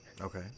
Okay